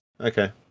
okay